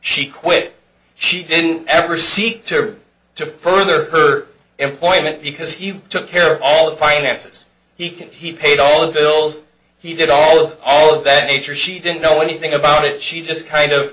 she quit she didn't ever seek to further her employment because he took care of all the finances he could he paid all the bills he did all all that nature she didn't know anything about it she just kind of